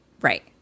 Right